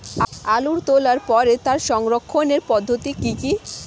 আলু তোলার পরে তার সংরক্ষণের পদ্ধতি কি কি?